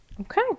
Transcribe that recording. Okay